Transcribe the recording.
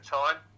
time